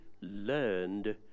learned